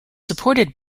supported